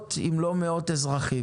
עשרות אם לא מאות אזרחים.